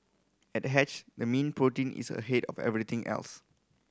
at Hatched the mean protein is ahead of everything else